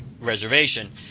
reservation –